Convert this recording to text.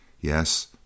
Yes